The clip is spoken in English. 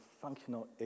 functional